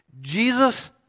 Jesus